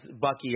Bucky